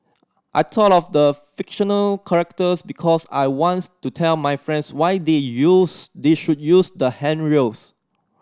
I talk of the fictional characters because I wants to tell my friends why they use they should use the handrails